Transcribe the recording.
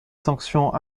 sanction